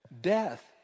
Death